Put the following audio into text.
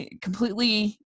completely